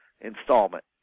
installment